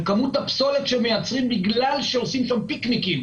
וכמות הפסולת שמייצרים בגלל שעושים שם פיקניקים